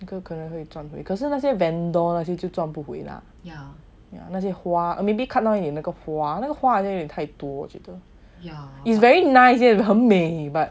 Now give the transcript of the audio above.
所以可能会赚多可是那些 vendors 那些就赚不回来那些花 maybe 看到有那些花那个花好像有点太多觉得 yeah it's very nice 很美 but